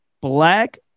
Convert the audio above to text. black